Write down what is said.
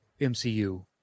MCU